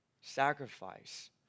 sacrifice